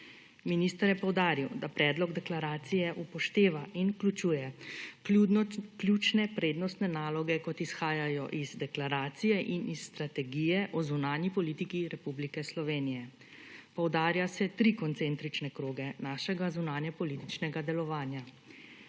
Minister je poudaril, da predlog deklaracije upošteva in vključuje ključne prednostne naloge, kot izhajajo iz deklaracije in iz strategije o zunanji politiki Republike Slovenije. Poudarja se tri koncentrične kroge našega zunanjepolitičnega delovanja: